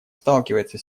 сталкивается